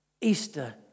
Easter